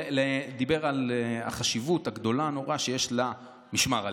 ודיבר על החשיבות הגדולה נורא שיש למשמר הלאומי.